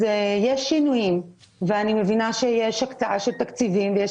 יש שינויים ואני מבינה שיש הקצאה של תקציבים ויש